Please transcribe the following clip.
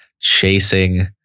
chasing